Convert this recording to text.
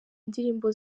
indirimbo